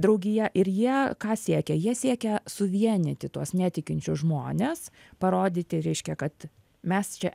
draugija ir jie ką siekia jie siekia suvienyti tuos netikinčius žmones parodyti reiškia kad mes čia